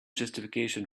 justification